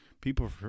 People